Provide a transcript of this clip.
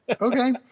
Okay